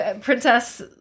princess